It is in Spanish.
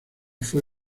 fue